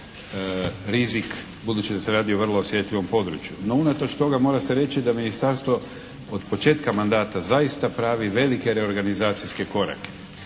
rizik budući se radi o vrlo osjetljivom području. No unatoč toga mora se reći da Ministarstvo od početka mandata zaista pravi velike reorganizacijske korake.